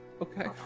okay